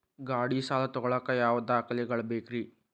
ಗಾಡಿ ಸಾಲ ತಗೋಳಾಕ ಯಾವ ದಾಖಲೆಗಳ ಬೇಕ್ರಿ?